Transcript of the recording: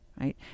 right